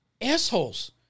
assholes